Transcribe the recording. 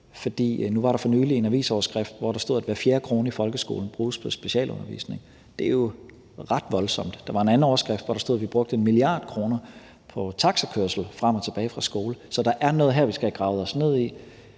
Nu var der for nylig en avisoverskrift, hvor der stod, at hver fjerde krone i folkeskolen bruges på specialundervisning, og det er jo ret voldsomt. Der var en anden overskrift, hvor der stod, at vi brugte 1 mia. kr. på taxakørsel frem og tilbage fra skole. Så der er noget her, vi skal have gravet os ned i,